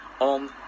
on